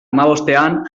hamabostean